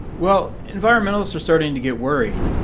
well, environmentalists are starting to get worried.